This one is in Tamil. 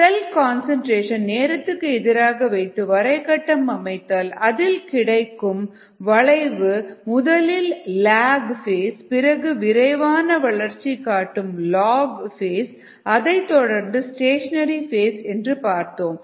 செல் கன்சன்ட்ரேஷன் நேரத்திற்கு எதிராக வைத்து வரை கட்டம் அமைத்தால் அதில் கிடைக்கும் வளைவு முதலில் லாக் ஃபேஸ் பிறகு விரைவான வளர்ச்சி காட்டும் லாக் ஃபேஸ் அதைத்தொடர்ந்து ஸ்டேஷனரி ஃபேஸ் என்று பார்த்தோம்